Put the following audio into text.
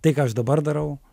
tai ką aš dabar darau